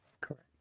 Correct